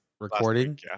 Recording